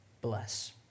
Bless